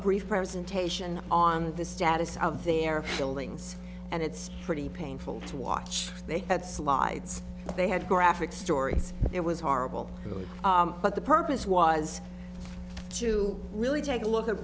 brief presentation on the status of their buildings and it's pretty painful to watch they had slides they had graphic stories it was horrible but the purpose was to really take a look at